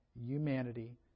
humanity